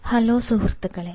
hello സുഹൃത്തുക്കളെ